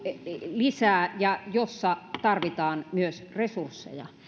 lisää ja joissa tarvitaan myös resursseja